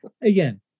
Again